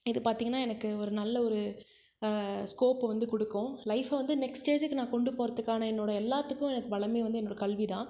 இது பார்த்திங்கனா எனக்கு ஒரு நல்ல ஒரு ஸ்கோப்பை வந்து கொடுக்கும் லைஃபை வந்து நெக்ஸ்ட் ஸ்டேஜுக்கு நான் கொண்டு போகறத்துக்கான என்னோட எல்லாத்துக்கும் எனக்கு பலமே வந்து என்னோட கல்வி தான்